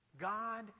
God